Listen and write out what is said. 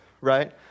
right